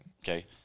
Okay